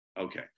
Okay